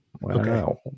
wow